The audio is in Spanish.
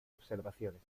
observaciones